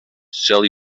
sell